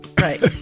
Right